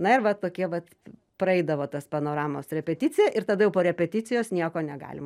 na ir vat tokie vat praeidavo tas panoramos repeticiją ir tada jau po repeticijos nieko negalim